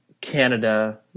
Canada